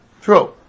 True